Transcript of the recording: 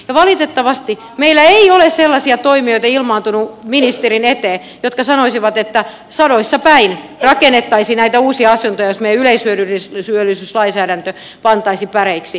valitettavasti meillä ei ole sellaisia toimijoita ilmaantunut ministerin eteen jotka sanoisivat että sadoissa päin rakennettaisiin näitä uusia asuntoja jos meidän yleishyödyllisyyslainsäädäntömme pantaisiin päreiksi